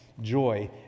joy